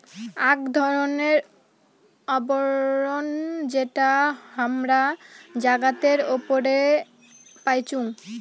আক ধরণের আবরণ যেটা হামরা জাগাতের উপরে পাইচুং